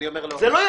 אני אומר לא.